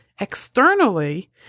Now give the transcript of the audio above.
externally